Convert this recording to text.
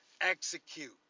execute